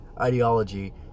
ideology